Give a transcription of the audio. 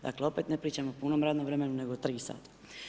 Dakle opet ne pričam o punom radnom vremenu nego o 3 sata.